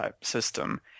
system